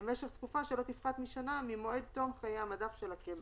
למשך תקופה שלא תפחת משנה ממועד תום חיי המדף של הקמח.